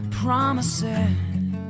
promises